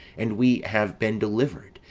and we have been delivered,